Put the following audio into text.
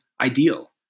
ideal